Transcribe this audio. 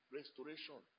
restoration